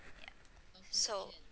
ya so